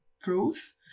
proof